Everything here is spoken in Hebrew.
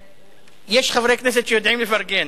יש חברי כנסת שיודעים לפרגן.